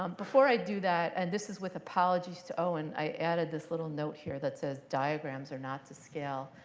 um before i do that, and this is with apologies to owen, i added this little note here that says, diagrams are not to scale.